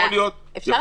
אפשר